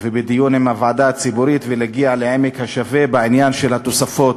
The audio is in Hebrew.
בדיון עם הוועדה הציבורית ולהגיע לעמק השווה בעניין התוספות.